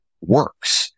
works